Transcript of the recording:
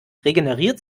regeneriert